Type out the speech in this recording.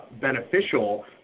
beneficial